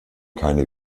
keine